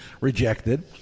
rejected